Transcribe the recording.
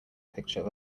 picture